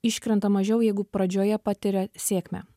iškrenta mažiau jeigu pradžioje patiria sėkmę